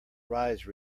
rise